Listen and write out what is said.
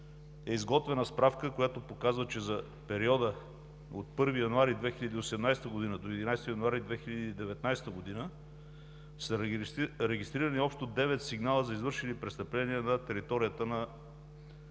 е изготвена справка, която показва, че за периода от 1 януари 2018 г. до 11 януари 2019 г. са регистрирани общо девет сигнала за извършени престъпления на територията на